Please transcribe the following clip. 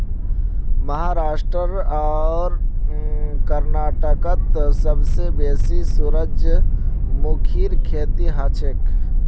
महाराष्ट्र आर कर्नाटकत सबसे बेसी सूरजमुखीर खेती हछेक